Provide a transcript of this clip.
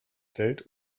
zelt